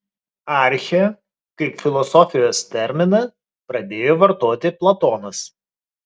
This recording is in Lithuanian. archę kaip filosofijos terminą pradėjo vartoti platonas